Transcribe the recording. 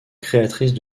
créatrice